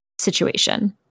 situation